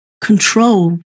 control